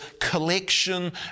collection